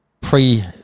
pre